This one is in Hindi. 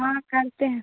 हाँ करते हैं